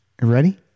ready